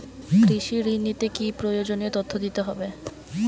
কৃষি ঋণ নিতে কি কি প্রয়োজনীয় তথ্য দিতে হবে?